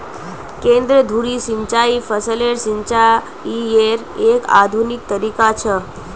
केंद्र धुरी सिंचाई फसलेर सिंचाईयेर एक आधुनिक तरीका छ